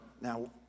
Now